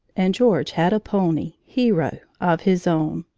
and george had a pony, hero, of his own.